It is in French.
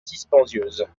dispendieuse